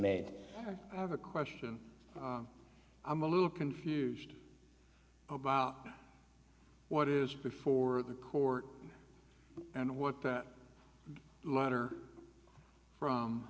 made i have a question i'm a little confused about what is before the court and what that letter from